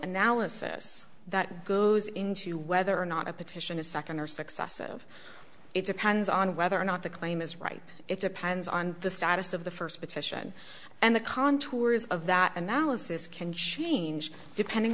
analysis that goes into whether or not a petition is second or successive it depends on whether or not the claim is right it depends on the status of the first petition and the contours of that analysis can change depending